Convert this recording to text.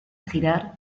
girar